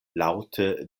laŭte